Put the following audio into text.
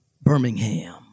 Birmingham